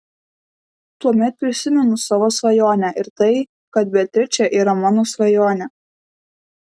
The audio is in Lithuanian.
tuomet prisimenu savo svajonę ir tai kad beatričė yra mano svajonė